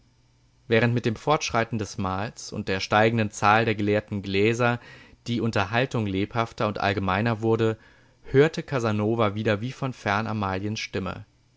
während mit dem fortschreiten des mahls und der steigenden zahl der geleerten gläser die unterhaltung lebhafter und allgemeiner wurde hörte casanova wieder wie von fern